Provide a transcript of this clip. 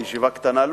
בישיבה קטנה,